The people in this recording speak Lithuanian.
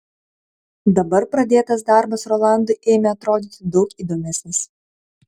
dabar pradėtas darbas rolandui ėmė atrodyti daug įdomesnis